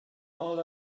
all